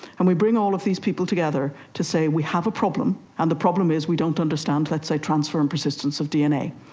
and we bring all of these people together to say we have a problem and the problem is we don't understand, let's say transfer and persistence of dna,